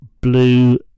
blue